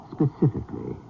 Specifically